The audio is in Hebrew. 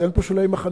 אז אין פה שולי מחנה.